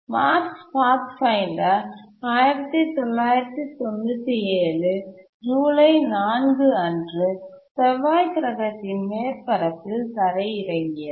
Mars Pathfinder 1997 ஜூலை 4 அன்று செவ்வாய் கிரகத்தின் மேற்பரப்பில் தரையிறங்கியது